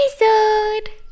episode